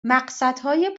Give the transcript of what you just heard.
مقصدهای